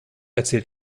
erzählt